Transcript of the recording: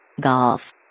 golf